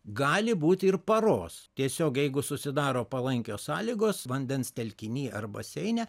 gali būti ir paros tiesiog jeigu susidaro palankios sąlygos vandens telkiniai ar baseine